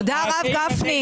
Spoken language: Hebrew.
הישיבה נעולה.